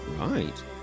Right